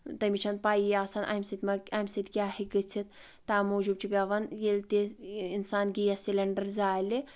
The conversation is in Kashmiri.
تٔمِس چھَ نہٕ پَیی آسان امہِ سۭتۍ ما اَمہِ سۭتۍ کیاہ ہیٚکہِ گٔژھِتھ تَوٕ موٗجوٗب چھِ پؠوان ییٚلہِ تہِ اِنسان گیس سِلینڈر زالہِ